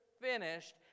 finished